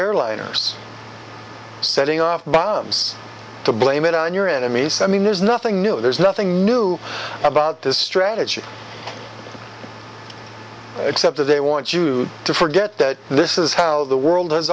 airliners setting off bombs to blame it on your enemies i mean there's nothing new there's nothing new about this strategy except that they want you to forget that this is how the world